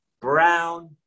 brown